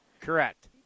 Correct